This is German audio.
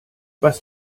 was